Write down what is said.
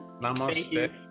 Namaste